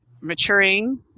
maturing